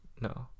No